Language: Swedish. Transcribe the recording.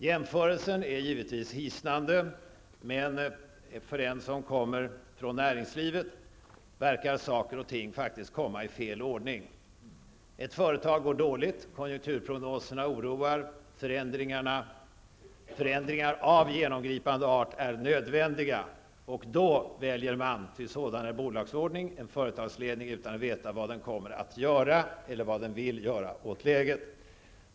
Jämförelsen är givetvis hissnande, men för en som kommer från näringslivet verkar saker och ting faktiskt komma i fel ordning. Ett företag går dåligt, konjunkturprognoserna oroar, förändringar av genomgripande art är nödvändiga, och då väljer man -- ty sådan är bolagsordningen -- en företagsledning utan att veta vad den kommer att göra eller vad den vill göra åt läget.